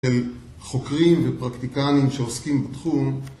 חוקרים ופרקטיקנים שעוסקים בתחום